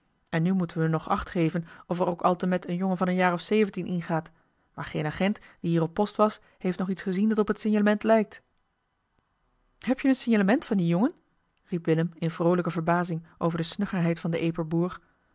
en nu moeten we nog achtgeven of er ook altemet een jongen van een jaar of zeventien ingaat maar geen agent die hier op post was heeft nog iets gezien dat op het signalement lijkt heb je een signalement van dien jongen riep willem in vroolijke verbazing over de snuggerheid van den